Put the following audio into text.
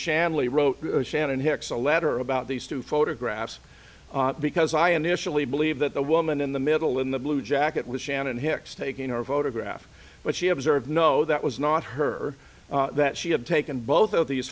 shanley wrote shannon hicks a letter about these two photographs because i initially believe that the woman in the middle in the blue jacket was shannon hicks taking her photograph but she observed no that was not her that she had taken both of these